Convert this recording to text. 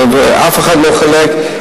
ואף אחד לא חולק,